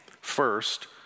first